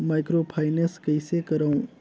Microfinance कइसे करव?